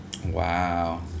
Wow